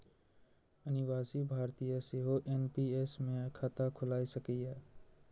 अनिवासी भारतीय सेहो एन.पी.एस मे खाता खोलाए सकैए